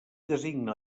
designa